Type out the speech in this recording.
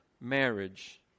marriage